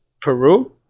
Peru